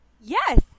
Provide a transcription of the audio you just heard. Yes